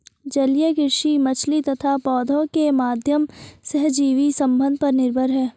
जलीय कृषि मछली तथा पौधों के माध्यम सहजीवी संबंध पर निर्भर है